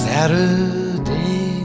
Saturday